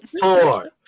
four